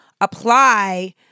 apply